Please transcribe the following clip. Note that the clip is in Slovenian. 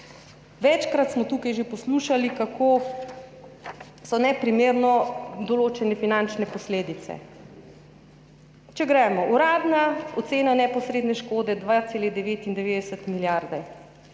Večkrat smo tukaj že poslušali, kako so neprimerno določene finančne posledice. Če gremo [po vrsti], uradna ocena neposredne škode 2,99 milijarde.